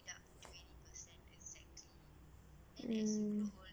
mm